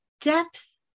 depth